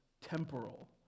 temporal